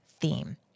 theme